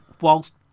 whilst